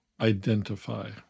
identify